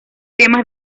temas